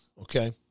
Okay